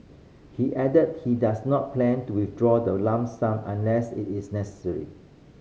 he add that he does not plan to withdraw the lump sum unless it is necessary